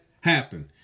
happen